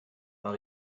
dans